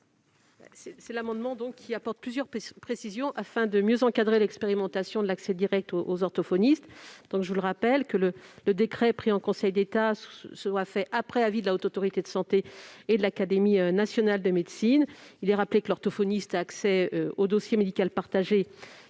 Cet amendement apporte plusieurs précisions afin de mieux encadrer l'expérimentation de l'accès direct aux orthophonistes. Le décret devra être pris en Conseil d'État après avis de la Haute Autorité de santé et de l'Académie nationale de médecine. Il est rappelé que l'orthophoniste a accès au dossier médical partagé,